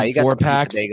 four-packs